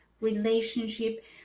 relationship